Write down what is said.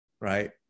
right